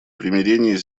примирения